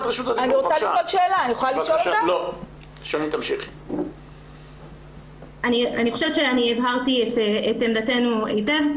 אני חושבת שאני הבהרתי את עמדתנו היטב.